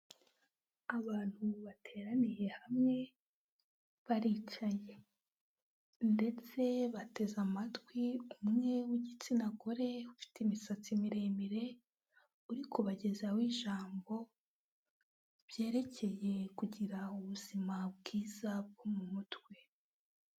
Abantu bateraniye hamwe baricaye ndetse bateze amatwi umwe w'igitsina gore ufite imisatsi miremire, uri kubagezaho ijambo ryerekeye kugira ubuzima bwiza bwo mu mutwe.